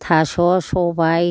थास' सबाइ